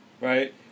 right